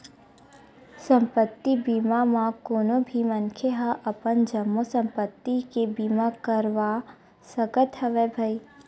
संपत्ति बीमा म कोनो भी मनखे ह अपन जम्मो संपत्ति के बीमा करवा सकत हवय भई